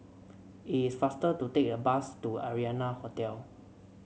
it is faster to take the bus to Arianna Hotel